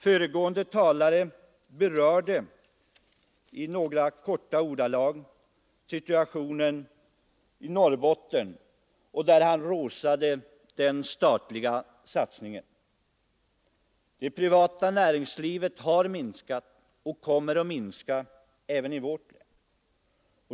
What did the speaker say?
Föregående talare berörde i korta ordalag situationen i Norrbotten, och han rosade den statliga satsningen. Det privata näringslivet har minskat och kommer att minska även i vår.